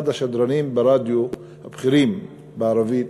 אחד השדרנים הבכירים ברדיו בערבית,